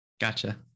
Gotcha